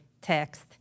text